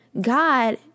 God